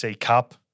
Cup